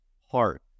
heart